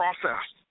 process